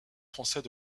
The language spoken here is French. français